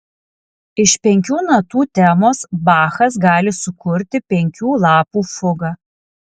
iš penkių natų temos bachas gali sukurti penkių lapų fugą